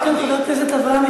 יש ממשלה דמוקרטית שנבחרת.